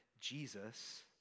Jesus